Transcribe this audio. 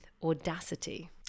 audacity